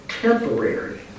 temporary